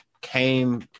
came